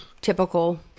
typical